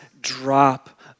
drop